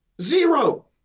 Zero